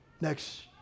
Next